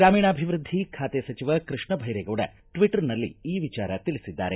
ಗ್ರಾಮೀಣಾಭಿವೃದ್ಧಿ ಖಾತೆ ಸಚಿವ ಕೃಷ್ಣ ಭೈರೇಗೌಡ ಟ್ವಟ್ಟರ್ನಲ್ಲಿ ಈ ವಿಚಾರ ತಿಳಿಸಿದ್ದಾರೆ